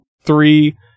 three